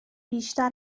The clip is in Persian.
بیشتر